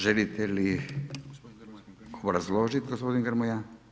Želite li obrazložiti, gospodine Grmoja?